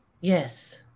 Yes